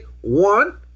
one